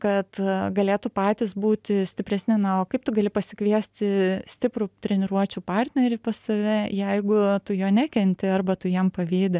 kad galėtų patys būti stipresni na o kaip tu gali pasikviesti stiprų treniruočių partnerį pas save jeigu tu jo nekenti arba tu jam pavydi